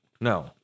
No